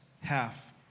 half